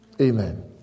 Amen